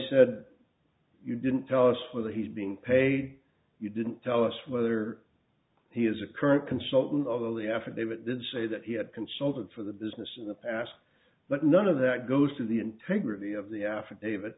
said you didn't tell us whether he's being paid you didn't tell us whether he is a current consultant although the affidavit did say that he had consulted for the business in the past but none of that goes to the integrity of the affidavit